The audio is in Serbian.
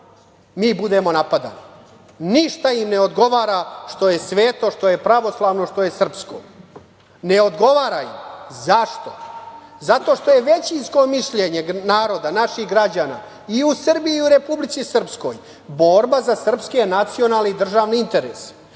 mi budemo napadani. Ništa im ne odgovara što je sveto, što je pravoslavno, što je srpsko. Ne odgovara im. Zašto? Zato što je većinsko mišljenje naroda, naših građana i u Srbiji i u Republici Srpskoj borba za srpski, nacionalni i državni interes,